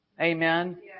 Amen